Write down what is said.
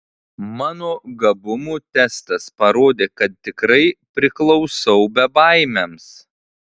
mano gabumų testas parodė kad tikrai priklausau bebaimiams